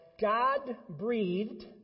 God-breathed